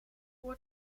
voor